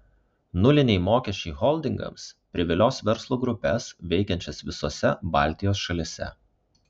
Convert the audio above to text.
nuliniai mokesčiai holdingams privilios verslo grupes veikiančias visose baltijos šalyse